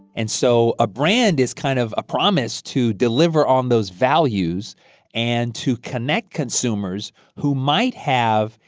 and so a brand is kind of a promise to deliver on those values and to connect consumers who might have,